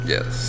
Yes